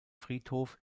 friedhof